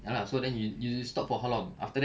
ya lah so then you you stop for how long after that